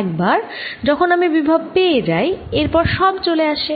একবার যখন আমি বিভব পেয়ে যাই এর পর সব চলে আসে